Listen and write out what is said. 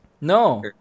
No